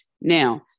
Now